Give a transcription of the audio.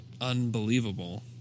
unbelievable